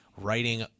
writing